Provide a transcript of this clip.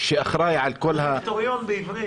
שאחראי על כל --- דירקטוריון, בעברית.